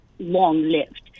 long-lived